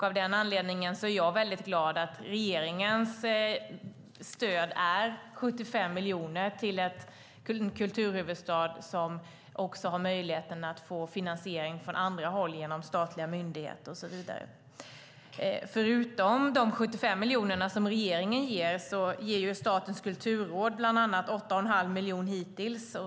Av den anledningen är jag väldigt glad för att regeringens stöd är 75 miljoner till en kulturhuvudstad som också har möjligheten att få finansiering från andra håll genom statliga myndigheter och så vidare. Förutom de 75 miljoner som regeringen ger, ger också Statens kulturråd bland annat 8,5 miljoner hittills.